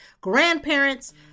grandparents